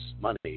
money